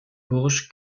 burj